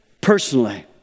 personally